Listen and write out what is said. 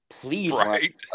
Please